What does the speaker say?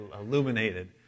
Illuminated